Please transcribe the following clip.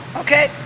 okay